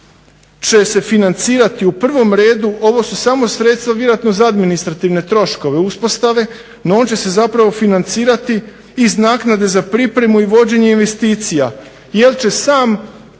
će se financirati u prvom redu, ovo su samo sredstva vjerojatno za administrativne troškove uspostave. No, on će se zapravo financirati iz naknade za pripremu i vođenje investicija, jer će sam